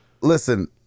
listen